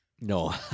no